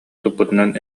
туппутунан